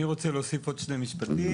אני רוצה להוסיף שני משפטים.